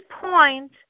point